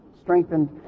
strengthened